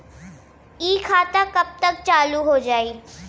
इ खाता कब तक चालू हो जाई?